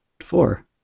Four